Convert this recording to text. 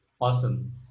Awesome